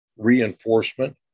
reinforcement